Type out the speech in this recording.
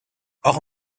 auch